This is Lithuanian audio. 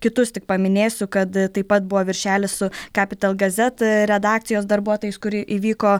kitus tik paminėsiu kad taip pat buvo viršelis su kapital gazet redakcijos darbuotojais kuri įvyko